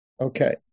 Okay